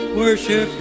worship